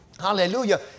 Hallelujah